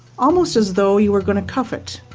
almost as though you are going to cuff it.